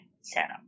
setup